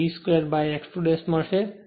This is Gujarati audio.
5 V 2x 2 થશે